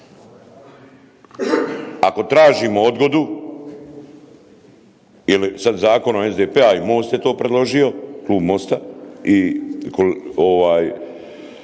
Ako tražimo odgodu, jer je sad zakon SDP-a, a i MOST je to predložio, Klub MOST-a i